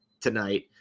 tonight